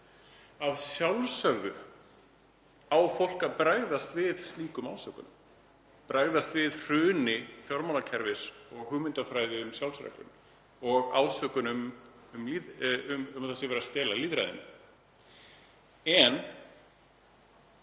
Að sjálfsögðu á fólk að bregðast við slíkum ásökunum. Það á bregðast við hruni fjármálakerfis og hugmyndafræði um sjálfsreglun og ásökunum um að verið sé að stela lýðræðinu. En